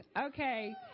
Okay